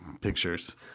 pictures